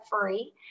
free